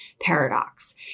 paradox